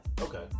Okay